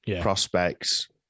prospects